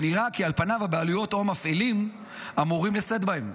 ונראה כי על פניו הבעלויות או המפעילים אמורים לשאת בהן.